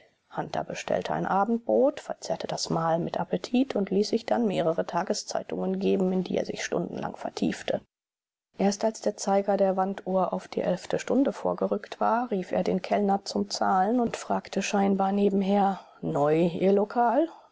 hunter bestellte ein abendbrot verzehrte das mahl mit appetit und ließ sich dann mehrere tageszeitungen geben in die er sich stundenlang vertiefte erst als der zeiger der wanduhr auf die elfte stunde vorgerückt war rief er den kellner zum zahlen und fragte scheinbar nebenher neu ihr lokal